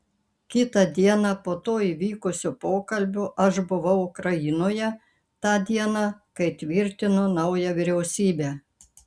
kitą dieną po to įvykusio pokalbio aš buvau ukrainoje tą dieną kai tvirtino naują vyriausybę